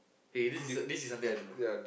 hey this is a this is something I don't know